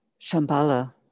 Shambhala